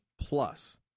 plus